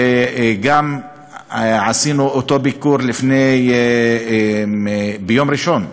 וגם עשינו אותו ביקור ביום ראשון,